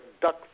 duck